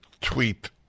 tweet